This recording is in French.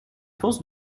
penses